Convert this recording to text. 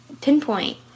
pinpoint